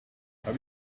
have